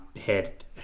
head